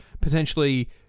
potentially